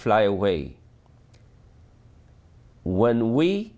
fly away when we